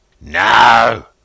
No